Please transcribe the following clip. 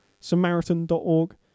samaritan.org